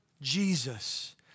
Jesus